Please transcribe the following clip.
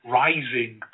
rising